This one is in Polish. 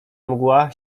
mgła